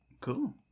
cool